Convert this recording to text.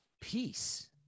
peace